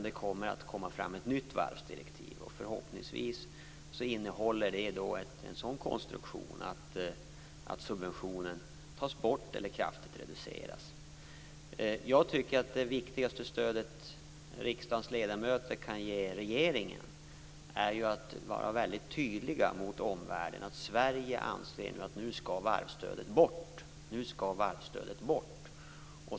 Det kommer att tas fram ett nytt varvsdirektiv, och förhoppningsvis innehåller det en sådan konstruktion att subventionen tas bort eller kraftigt reduceras. Jag tycker att det viktigaste stödet riksdagens ledamöter kan ge regeringen är att vara mycket tydliga mot omvärlden om att Sverige anser att varvsstödet nu skall bort.